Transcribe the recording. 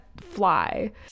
fly